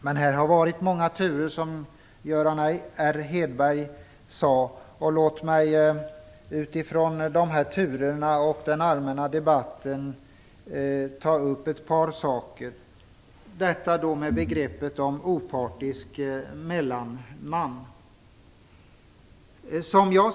Men här har det varit många turer, som Göran R Hedberg sade. Utifrån de turerna och den allmänna debatten skall jag ta upp ett par saker. Först gäller det begreppet opartisk mellanman.